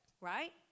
right